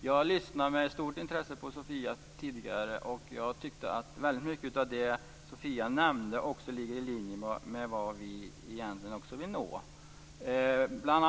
Jag lyssnade med stort intresse på Sofia Jonsson tidigare. Jag tyckte att väldigt mycket av det hon nämnde också ligger i linje med vad vi egentligen också vill uppnå.